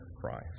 Christ